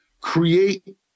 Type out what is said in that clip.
create